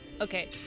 Okay